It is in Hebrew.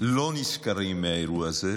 לא נשכרים מהאירוע הזה,